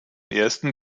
ersten